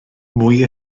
mwy